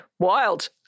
Wild